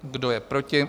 Kdo je proti?